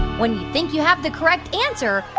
when you think you have the correct answer,